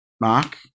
Mark